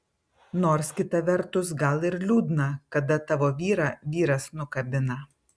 nors kita vertus gal ir liūdna kada tavo vyrą vyras nukabina